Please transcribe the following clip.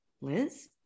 Liz